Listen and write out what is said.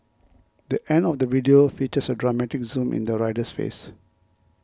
the end of the video features a dramatic zoom in the rider's face